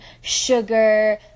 sugar